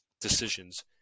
decisions